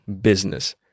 business